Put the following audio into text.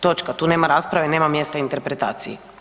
Točka, tu nema rasprave, nema mjesta interpretaciji.